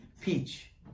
Peach